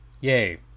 Yay